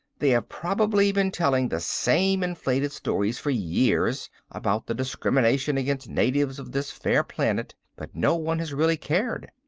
they have probably been telling the same inflated stories for years about the discrimination against natives of this fair planet, but no one has really cared.